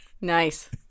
Nice